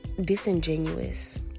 disingenuous